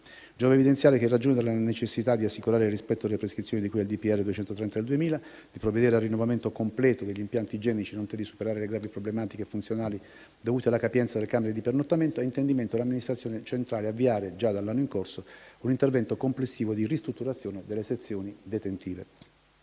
Giova evidenziare che, in ragione della necessità di assicurare il rispetto delle prescrizioni di cui al DPR n. 230 del 2000 e di provvedere al rinnovamento completo degli impianti igienici, nonché di superare le gravi problematiche funzionali dovute alla capienza delle camere di pernottamento, è intendimento dell'amministrazione centrale avviare, già dall'anno in corso, un intervento complessivo di ristrutturazione delle sezioni detentive.